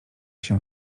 się